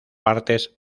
partes